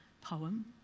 poem